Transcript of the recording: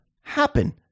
happen